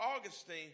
Augustine